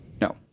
No